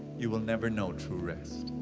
you will never know true rest.